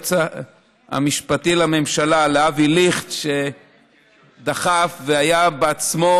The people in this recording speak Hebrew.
ליועץ המשפטי לממשלה אבי ליכט, שדחף והיה בעצמו,